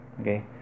okay